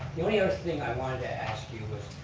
the only other thing i wanted to ask you was,